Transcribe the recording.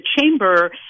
chamber